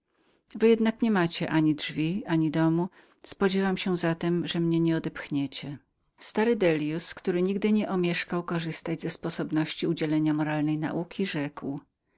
wy jednak nie macie ani drzwi ani domu spodziewam się zatem że mnie nie odepchniecie stary dellius który nigdy nie omieszkał korzystać ze sposobności udzielenia komu moralnej nauki rzekł